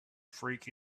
freak